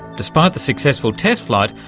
despite the successful test flight,